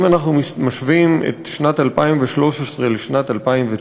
אם אנחנו משווים את שנת 2013 לשנת 2009,